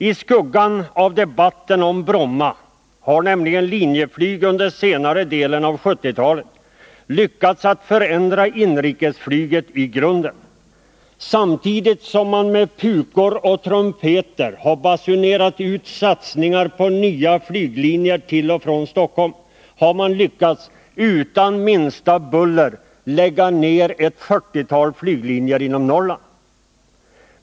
I skuggan av debatten om Bromma har nämligen Linjeflyg under senare delen av 1970-talet lyckats förändra inrikesflyget i grunden. Samtidigt som man med pukor och trumpeter har basunerat ut satsningar på nya flyglinjer till och från Stockholm har man — utan minsta buller — lyckats lägga ned ett 40-tal flyglinjer inom Norrland.